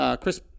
Chris